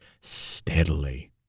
steadily